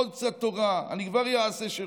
עוד קצת תורה, אני כבר אעשה שירות.